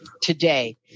today